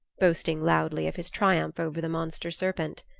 boasting loudly of his triumph over the monster serpent.